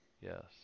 Yes